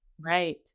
Right